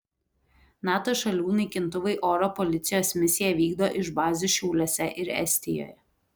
nato šalių naikintuvai oro policijos misiją vykdo iš bazių šiauliuose ir estijoje